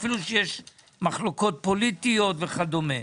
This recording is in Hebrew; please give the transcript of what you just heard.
אפילו שיש מחלוקות פוליטיות וכדומה.